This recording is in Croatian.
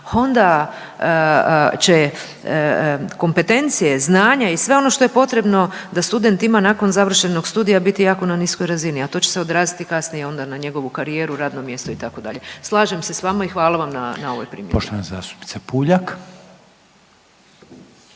onda će kompetencije, znanje i sve ono što je potrebno da student ima nakon završenog studija biti jako na niskoj razini, a to će se odraziti kasnije onda na njegovu karijeru, radno mjesto, itd. Slažem se s vama i hvala vam na ovoj primjedbi. **Reiner, Željko